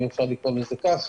אם אפשר לקרוא לזה כך.